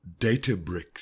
databricks